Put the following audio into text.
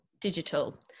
digital